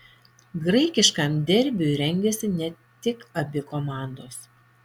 graikiškam derbiui rengiasi ne tik abi komandos